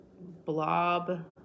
blob